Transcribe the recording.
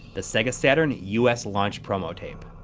the sega saturn us launch promo tape.